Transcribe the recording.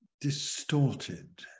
distorted